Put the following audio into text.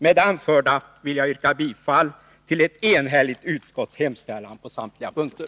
Med det anförda vill jag yrka bifall till ett enhälligt utskotts hemställan på samtliga punkter.